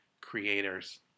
creators